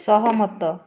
ସହମତ